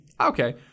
Okay